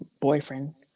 boyfriend